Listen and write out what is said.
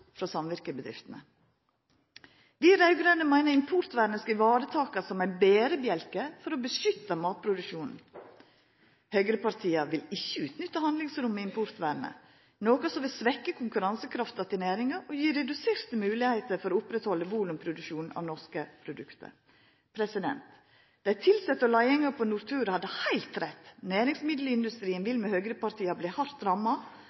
frå samvirkebedriftene. Vi raud-grøne meiner at importvernet skal ivaretakast som ein berebjelke for å beskytta matproduksjonen. Høgrepartia vil ikkje utnytta handlingsrommet i importvernet, noko som vil svekka konkurransekrafta til næringa og gje reduserte moglegheiter for å halda oppe volumproduksjonen av norske produkt. Dei tilsette og leiinga på Nortura hadde heilt rett: Næringsmiddelindustrien vil med høgrepartia verta hardt ramma.